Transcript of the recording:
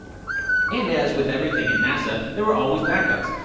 and as with everything at nasa, there were always backups.